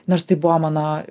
nors tai buvo mano